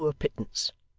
a poor pittance,